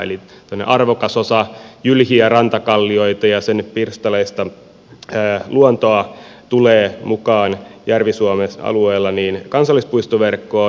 eli arvokas osa jylhiä rantakallioita ja sen pirstaleista luontoa tulee mukaan järvi suomen alueella kansallispuistoverkkoon